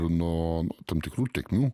nuo nuo tam tikrų tėkmių